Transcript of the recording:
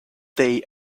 day